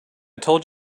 told